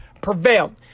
prevailed